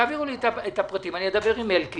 תעבירו לי את הפרטים ואני אדבר עם אלקין